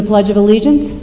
the pledge of allegiance